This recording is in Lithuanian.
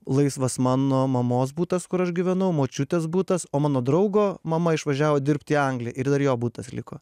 laisvas mano mamos butas kur aš gyvenau močiutės butas o mano draugo mama išvažiavo dirbt į angliją ir dar jo butas liko